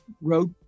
wrote